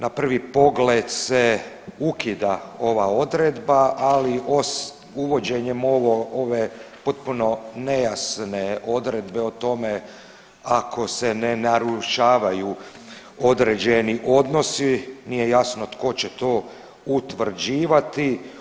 Na prvi pogled se ukida ova odredba, ali uvođenjem ove potpuno nejasne odredbe o tome ako se ne narušavaju određeni odnosi, nije jasno tko će to utvrđivati.